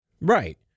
Right